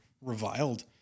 reviled